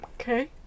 Okay